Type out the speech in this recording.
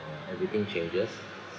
uh everything changes